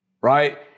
right